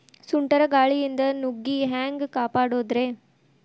ಸುಂಟರ್ ಗಾಳಿಯಿಂದ ನುಗ್ಗಿ ಹ್ಯಾಂಗ ಕಾಪಡೊದ್ರೇ?